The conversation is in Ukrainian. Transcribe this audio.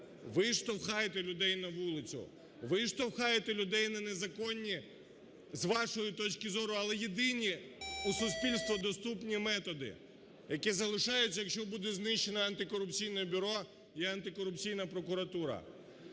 ви, штовхаєте людей на вулицю, ви штовхаєте людей на незаконні, з вашої точки зору, але єдині у суспільства доступні методи, які залишаються, якщо буде знищено Антикорупційне бюро і антикорупційна прокуратура.